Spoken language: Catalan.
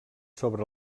sobre